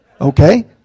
Okay